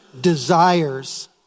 desires